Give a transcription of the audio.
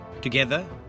Together